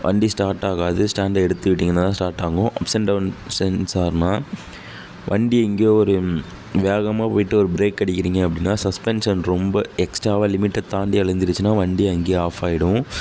வண்டி ஸ்டார்ட் ஆகாது ஸ்டேண்டை எடுத்து விட்டிங்கன்னால்தான் ஸ்டார்ட் ஆகும் அப்ஸ் அண்ட் டவுன் சென்சார்னால் வண்டியை எங்கேயோ ஒரு வேகமாக போய்விட்டு ஒரு பிரேக் அடிக்கிறிங்க அப்படின்னா சஸ்பென்ஷன் ரொம்ப எக்ஸ்ட்ராவாக லிமிட்டை தாண்டி அழிஞ்சுருச்சினா வண்டி அங்கேயே ஆஃப் ஆகிடும்